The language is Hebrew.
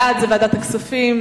בעד, ועדת הכספים.